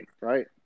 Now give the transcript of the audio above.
Right